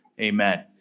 Amen